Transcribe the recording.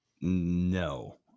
No